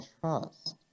trust